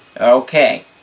Okay